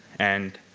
and